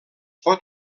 pot